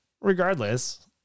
Regardless